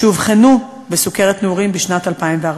שאובחנו כחולות בסוכרת נעורים בשנת 2014,